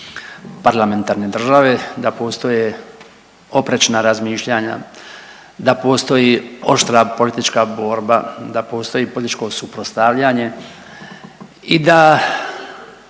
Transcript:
parlamentarne države da postoje oprečna razmišljanja, da postoji oštra politička borba, da postoji političko suprotstavljanje i da